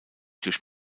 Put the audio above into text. durch